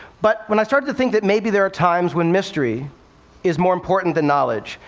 but when i started to think that maybe there are times when mystery is more important than knowledge.